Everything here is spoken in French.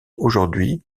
aujourd’hui